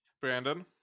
brandon